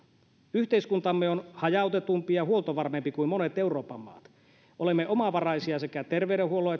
yhteiskuntamme on hajautetumpi ja huoltovarmempi kuin monet euroopan maat olemme omavaraisia sekä terveydenhuollon